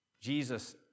Jesus